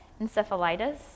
encephalitis